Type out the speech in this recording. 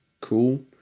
cool